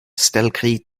stelkri